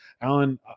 Alan